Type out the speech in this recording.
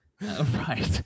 Right